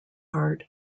art